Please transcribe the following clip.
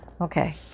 okay